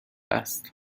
است